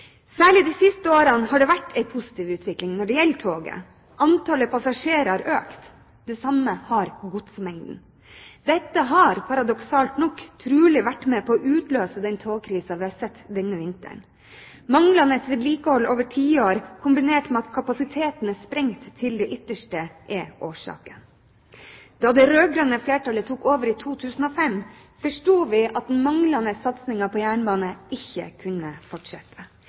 Særlig de siste årene har det vært en positiv utvikling når det gjelder toget. Antallet passasjerer har økt, det samme har godsmengden. Dette har paradoksalt nok trolig vært med på å utløse den togkrisen vi har sett denne vinteren. Manglende vedlikehold over tiår kombinert med at kapasiteten er sprengt til det ytterste er årsaken. Da det rød-grønne flertallet tok over i 2005, forstod vi at manglende satsinger på jernbane ikke kunne fortsette.